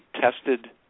tested